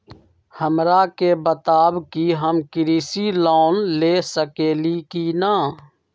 हमरा के बताव कि हम कृषि लोन ले सकेली की न?